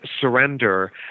Surrender